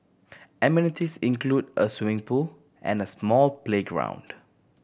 amenities include a swimming pool and small playground